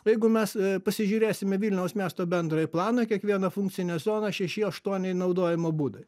o jeigu mes pasižiūrėsim į vilniaus miesto bendrąjį planą kiekvieną funkcinę zoną šeši aštuoni naudojimo būdai